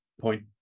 point